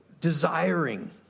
desiring